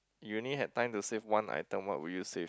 you only had time to save one item what you save